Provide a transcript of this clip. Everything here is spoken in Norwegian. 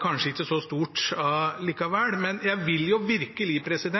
kanskje ikke var så stort likevel. Men jeg vil virkelig